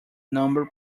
number